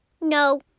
no